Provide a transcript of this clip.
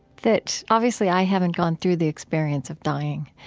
that obviously i haven't gone through the experience of dying.